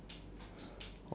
I know later